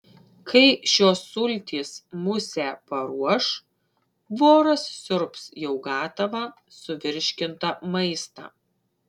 kai šios sultys musę paruoš voras siurbs jau gatavą suvirškintą maistą